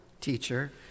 Teacher